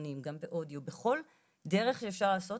בסרטונים ובכל דרך שאפשר לעשות.